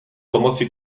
pomoci